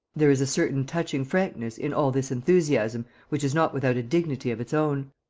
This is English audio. there is a certain touching frankness in all this enthusiasm which is not without a dignity of its own.